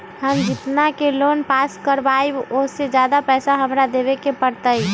हम जितना के लोन पास कर बाबई ओ से ज्यादा पैसा हमरा देवे के पड़तई?